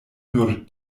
nur